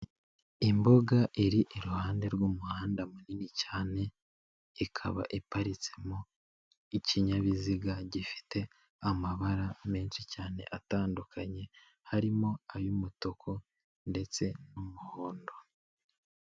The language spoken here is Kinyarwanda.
Imbuga iri iruhande rw'umuhanda munini cyane ikaba iparitsemo ikinyabiziga gifite amabara menshi cyane atandukanye, harimo ay'umutuku ndetse n'umuhondo.